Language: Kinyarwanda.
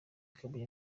kabuye